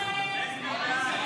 52 בעד, 58 נגד, ארבעה נמנעים.